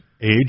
age